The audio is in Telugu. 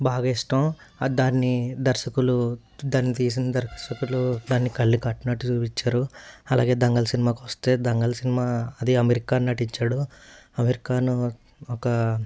బాగా ఇష్టం అ దాన్ని దర్శకులు దాన్ని తీసిన దర్శకులు దాన్ని కళ్ళు కట్టినట్టు చూపించారు అలాగే దంగల్ సినిమాకి వస్తే దంగల్ సినిమా అది అమీర్ ఖాన్ నటించాడు అమీర్ ఖాను ఒక